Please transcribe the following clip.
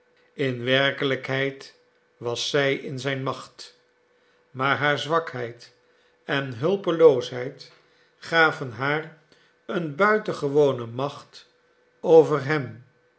in werkelijkheid was zij in zijn macht maar haar zwakheid en hulpeloosheid gaven haar een buitengewone macht over hem